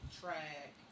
track